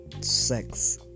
Sex